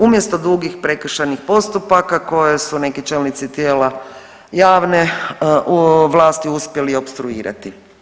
Umjesto dugih prekršajnih postupaka koje su neki čelnici tijela javne vlasti uspjeli opstruirati.